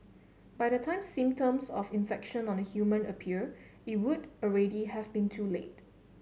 by the time symptoms of infection on a human appear it would already have been too late